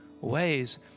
ways